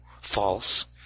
false